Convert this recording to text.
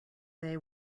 they